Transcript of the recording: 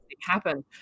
happen